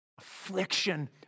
Affliction